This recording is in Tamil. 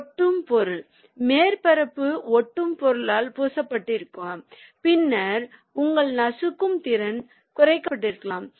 ஒட்டும் பொருள் மேற்பரப்பு ஒட்டும் பொருட்களால் பூசப்பட்டிருக்கலாம் பின்னர் உங்கள் நசுக்கும் திறன் குறைக்கப்படலாம்